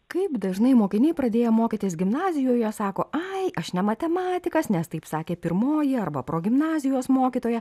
kaip dažnai mokiniai pradėję mokytis gimnazijoje sako ai aš ne matematikas nes taip sakė pirmoji arba progimnazijos mokytoja